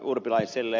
urpilaiselle